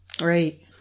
Right